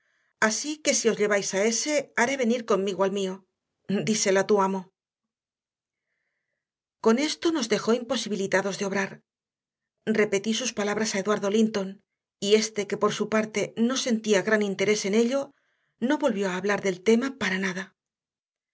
así que si os lleváis a ese haré venir conmigo al mío díselo a tu amo con esto nos dejó imposibilitados de obrar repetí sus palabras a eduardo linton y éste que por su parte no sentía gran interés en ello no volvió a hablar del tema para nada